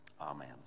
Amen